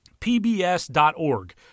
PBS.org